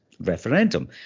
referendum